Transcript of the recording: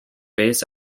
based